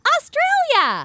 Australia